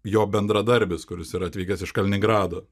jo bendradarbis kuris yra atvykęs iš kaliningrado